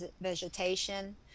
vegetation